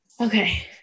Okay